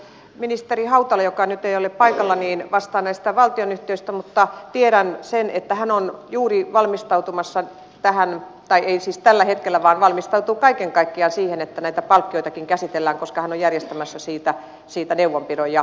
ministeri hautala joka nyt ei ole paikalla vastaa näistä valtionyhtiöistä mutta tiedän sen että hän on juuri valmistautumassa vähän tai siis tällä hetkellä vain valmistautuu kaiken kaikkiaan siihen että näitä palkkioitakin käsitellään koska hän on järjestämässä siitä neuvonpidon